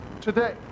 today